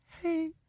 Hey